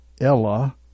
Ella